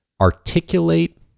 articulate